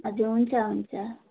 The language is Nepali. हजुर हुन्छ हुन्छ